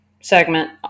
segment